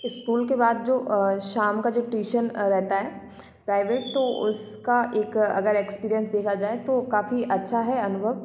school के बाद जो शाम का ट्यूशन रहता है प्राइवेट तो उसका एक अगर एक्सपीरियंस देखा जाए तो काफ़ी अच्छा है अनुभव